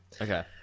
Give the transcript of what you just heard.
Okay